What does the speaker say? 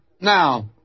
Now